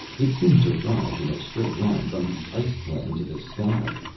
it seemed to rise in a straight line from the ice plain to the sky.